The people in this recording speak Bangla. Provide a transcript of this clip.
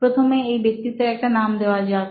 প্রথমে এই ব্যক্তিত্বের একটা নাম দেওয়া যাক